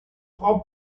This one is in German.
frau